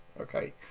okay